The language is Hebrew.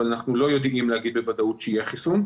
אנחנו לא יודעים להגיד בוודאות שיהיה חיסון.